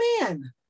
man